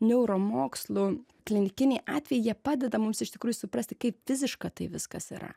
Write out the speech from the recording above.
neuromokslų klinikiniai atvejai jie padeda mums iš tikrųjų suprasti kaip fiziška tai viskas yra